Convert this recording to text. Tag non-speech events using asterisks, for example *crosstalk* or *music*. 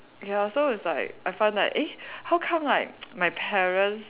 ya so it's like I find that eh how come like *noise* my parents